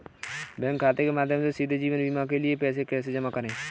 Bank खाते के माध्यम से सीधे जीवन बीमा के लिए पैसे को कैसे जमा करें?